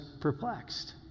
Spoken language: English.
perplexed